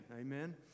Amen